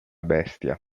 bestia